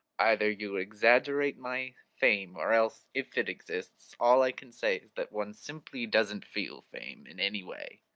either you exaggerate my fame, or else, if it exists, all i can say is that one simply doesn't feel fame in any way.